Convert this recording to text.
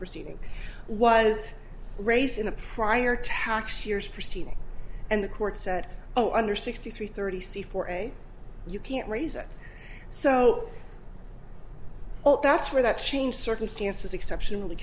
proceeding was race in a prior tax years proceeding and the court said oh under sixty three thirty c for a you can't raise it so that's where that changed circumstances exceptionally